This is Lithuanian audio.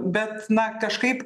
bet na kažkaip